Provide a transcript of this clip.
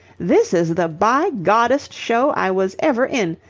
this is the by-goddest show i was ever in!